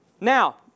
Now